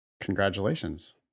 Congratulations